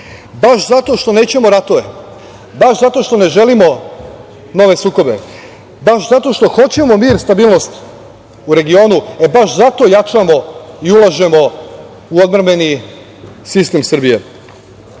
Baš zato što nećemo ratove, baš zato što ne želimo nove sukobe, baš zato što hoćemo mir, stabilnost u regionu, e baš zato jačamo i ulažemo u odbrambeni sistem Srbije. Uprkos